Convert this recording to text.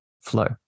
flow